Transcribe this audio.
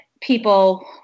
people